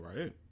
Right